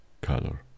color